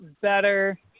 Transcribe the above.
better